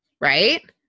Right